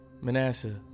Manasseh